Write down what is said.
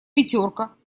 пятерка